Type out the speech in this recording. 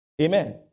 Amen